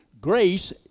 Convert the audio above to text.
Grace